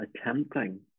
attempting